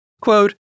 Quote